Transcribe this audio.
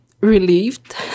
relieved